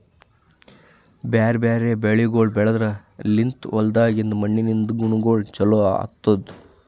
ಬ್ಯಾರೆ ಬ್ಯಾರೆ ಬೆಳಿಗೊಳ್ ಬೆಳೆದ್ರ ಲಿಂತ್ ಹೊಲ್ದಾಗಿಂದ್ ಮಣ್ಣಿನಿಂದ ಗುಣಗೊಳ್ ಚೊಲೋ ಆತ್ತುದ್